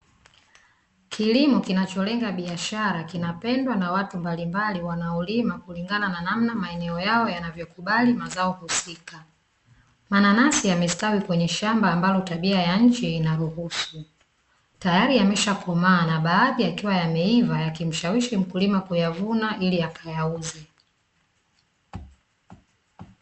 Kilimo kinacholenga biashara kinapendwa na watu mbalimbali wanaolima kulingana na namna maeneo yao yanavyokubali mazao husika, mananasi yamestawi kwenye shamba ambalo tabia ya nchi inaruhusu. Tayari yameshakomaa na baadhi yakiwa yameiva yakimshawishi mkulima kuyavuna ili akayauze.